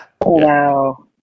Wow